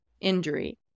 injury